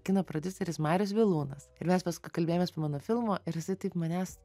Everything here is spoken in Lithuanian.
kino prodiuseris marius vilūnas ir mes paskui kalbėjomės po mano filmo ir jisai taip manęs